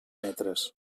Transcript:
metres